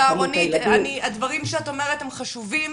רונית הדברים שאת אומרת הם חשובים,